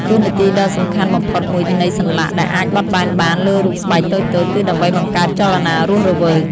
តួនាទីដ៏សំខាន់បំផុតមួយនៃសន្លាក់ដែលអាចបត់បែនបានលើរូបស្បែកតូចៗ គឺដើម្បីបង្កើតចលនារស់រវើក។